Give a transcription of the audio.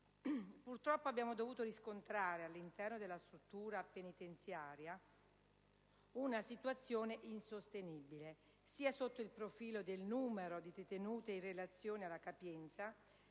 Purtroppo, abbiamo dovuto riscontrare all'interno della struttura penitenziaria una situazione insostenibile, sia sotto il profilo del numero di detenute in relazione alla capienza,